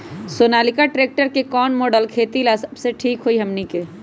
Sonalika tractor के कौन model खेती ला सबसे ठीक होई हमने की?